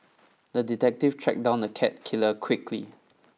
the detective tracked down the cat killer quickly